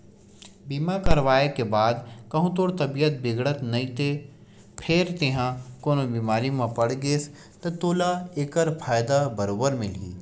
बीमा करवाय के बाद कहूँ तोर तबीयत बिगड़त नइते फेर तेंहा कोनो बेमारी म पड़ गेस ता तोला ऐकर फायदा बरोबर मिलही